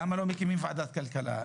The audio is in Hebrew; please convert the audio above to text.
למה לא מקימים ועדת כלכלה?